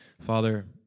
Father